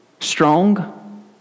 Strong